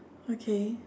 okay